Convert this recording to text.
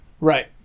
Right